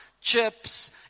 chips